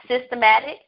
systematic